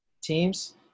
teams